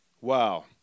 Wow